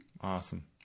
awesome